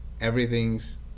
everything's